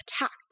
attacked